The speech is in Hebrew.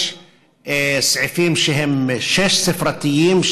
יש סעיפים שהם שש-ספרתיים,